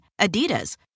Adidas